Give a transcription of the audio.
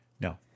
No